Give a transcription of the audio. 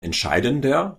entscheidender